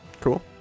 Cool